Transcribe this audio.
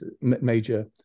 major